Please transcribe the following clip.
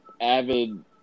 avid –